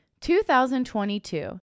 2022